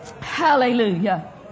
Hallelujah